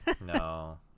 No